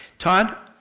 tod